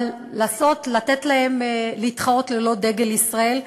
אבל לתת להם להתחרות ללא דגל ישראל,